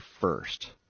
first